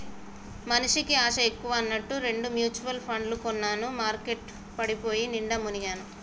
మనిషికి ఆశ ఎక్కువ అన్నట్టు రెండు మ్యుచువల్ పండ్లు కొన్నాను మార్కెట్ పడిపోయి నిండా మునిగాను